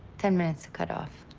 ten minutes to cut off.